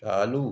चालू